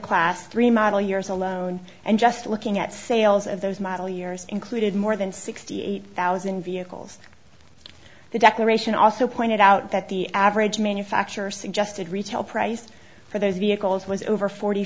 class three model years alone and just looking at sales of those model years included more than sixty eight thousand vehicles the declaration also pointed out that the average manufacturer suggested retail price for those vehicles was over forty